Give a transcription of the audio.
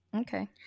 Okay